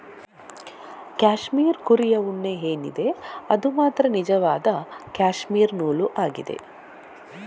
cashmere ಕುರಿಯ ಉಣ್ಣೆ ಏನಿದೆ ಅದು ಮಾತ್ರ ನಿಜವಾದ ಕ್ಯಾಶ್ಮೀರ್ ನೂಲು ಆಗಿದೆ